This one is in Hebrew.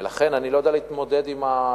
ולכן, אני לא יודע להתמודד עם הסגנון,